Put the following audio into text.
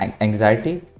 anxiety